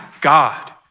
God